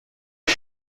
بود